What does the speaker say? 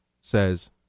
says